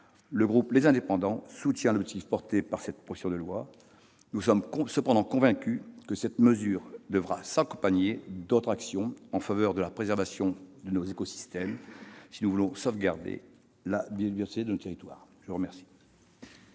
Le groupe Les Indépendants soutient l'objectif de cette proposition de loi. Nous sommes cependant convaincus qu'une telle mesure devra s'accompagner d'autres actions en faveur de la préservation de nos écosystèmes si nous voulons sauvegarder la biodiversité de nos territoires. La parole